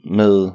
med